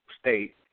state